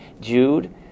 Jude